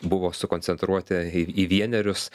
buvo sukoncentruoti į į vienerius